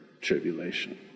tribulation